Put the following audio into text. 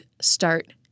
start